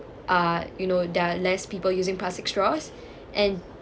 uh you know there are less people using plastic straws and